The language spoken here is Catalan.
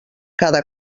cada